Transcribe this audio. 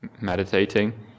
meditating